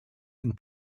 and